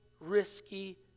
risky